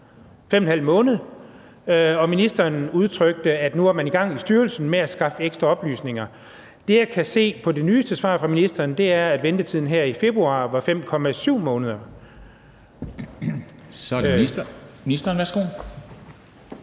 5½ måned, og ministeren udtrykte, at man i styrelsen nu var i gang med at skaffe ekstra oplysninger. Det, jeg kan se på det nyeste svar fra ministeren, er, at ventetiden her i februar var 5,7 måneder. Kl. 14:19 Formanden (Henrik